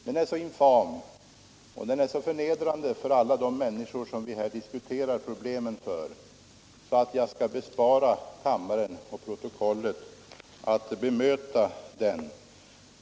Den är så infam och så förnedrande för alla de människor vilkas problem vi här diskuterar att jag skall bespara kammaren och protokollet att bemöta den.